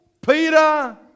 Peter